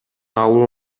алуу